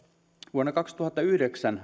vuonna kaksituhattayhdeksän